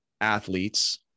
athletes